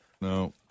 no